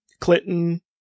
Clinton